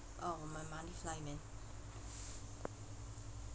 orh my money fly man